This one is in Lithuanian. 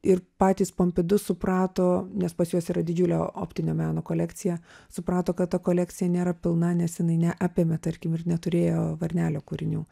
ir patys pompidu suprato nes pas juos yra didžiulė optinio meno kolekcija suprato kad ta kolekcija nėra pilna nes jinai neapėmė tarkim ir neturėjo varnelio kūrinių